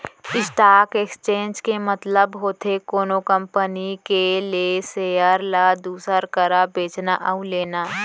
stock exchange के मतलब होथे कोनो कंपनी के लेय सेयर ल दूसर करा बेचना अउ लेना